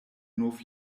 nov